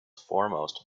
foremost